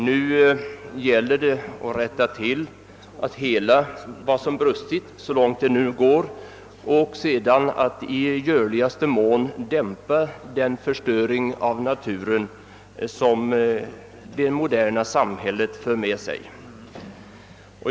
Nu gäller det att hela vad som brustit, så långt det går, och att i görligaste mån inskränka den förstöring av naturen som det moderna samhället för med sig.